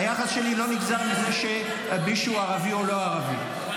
היחס שלי לא נגזר מזה שמישהו ערבי או לא ערבי -- אפילו